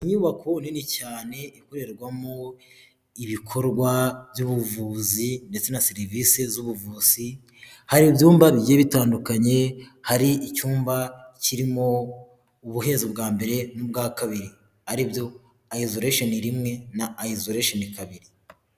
Inyubako nini cyane ikorerwamo ibikorwa by'ubuvuzi ndetse na serivise z'ubuvuzi, hari ibyumba bigiye bitandukanye, hari icyumba kirimo ubuhezo bwa mbere n'ubwa kabiri, ari byo ayizoresheni rimwe n'ayizoresheni kabiri.